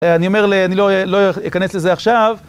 אני אומר, אני לא אכנס לזה עכשיו.